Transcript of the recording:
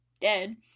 dead